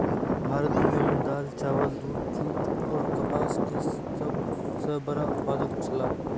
भारत दुनिया में दाल, चावल, दूध, जूट और कपास के सब सॉ बड़ा उत्पादक छला